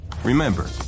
Remember